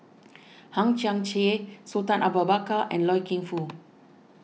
Hang Chang Chieh Sultan Abu Bakar and Loy Keng Foo